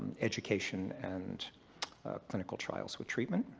education, and clinical trials for treatment.